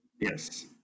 Yes